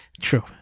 True